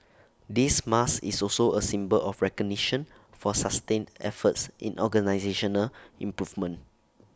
this mark is also A symbol of recognition for sustained efforts in organisational improvement